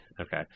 Okay